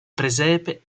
presepe